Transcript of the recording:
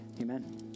amen